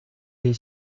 est